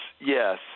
yes